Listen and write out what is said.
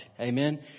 Amen